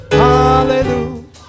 hallelujah